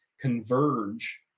converge